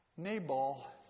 Nabal